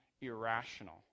irrational